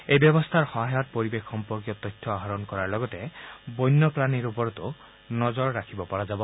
এই ব্যৱস্থাৰ সহায়ত পৰিৱেশ সম্পৰ্কীয় তথ্য আহৰণ কৰাৰ লগতে বন্য প্ৰাণীৰ ওপৰতো নজৰ ৰাখিব পৰা যাব